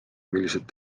millised